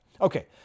Okay